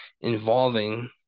involving